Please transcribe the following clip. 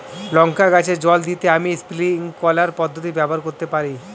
লঙ্কা গাছে জল দিতে আমি স্প্রিংকলার পদ্ধতি ব্যবহার করতে পারি?